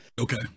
Okay